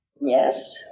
Yes